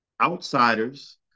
outsiders